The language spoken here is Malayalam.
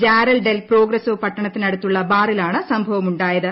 ജാരൽ ഡെൽ പ്രോഗ്രെസോ പട്ടണത്തിനടുത്തുള്ള ബാറിലാണ് സംഭവമുണ്ടായത്